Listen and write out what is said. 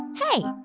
hey,